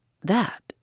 That